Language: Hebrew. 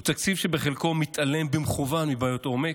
הוא תקציב שבחלקו מתעלם במכוון מבעיות עומק,